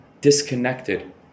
disconnected